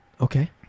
Okay